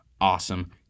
awesome